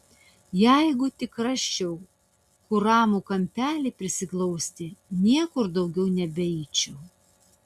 jeigu tik rasčiau kur ramų kampelį prisiglausti niekur daugiau nebeeičiau